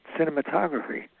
cinematography